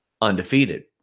undefeated